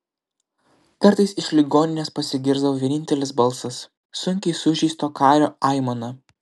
kartais iš ligoninės pasigirsdavo vienintelis balsas sunkiai sužeisto kario aimana